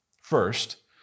First